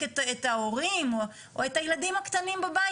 את ההורים שלו או את הילדים הקטנים בבית,